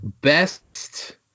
best